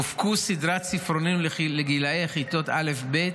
הופקו סדרת ספרונים לגילי כיתות א' וב'